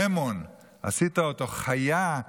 עשו אותו חיה,